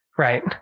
Right